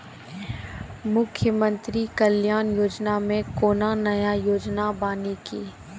मुख्यमंत्री कल्याण योजना मे कोनो नया योजना बानी की?